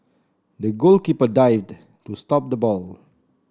the goalkeeper dived to stop the ball